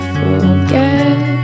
forget